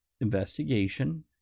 investigation